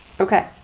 Okay